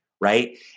right